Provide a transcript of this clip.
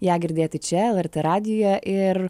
ją girdėti čia lrt radijuje ir